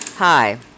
Hi